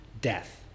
death